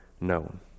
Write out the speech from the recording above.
known